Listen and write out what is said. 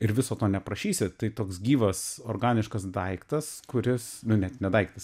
ir viso to neaprašysi tai toks gyvas organiškas daiktas kuris nu net ne daiktas